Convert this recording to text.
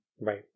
Right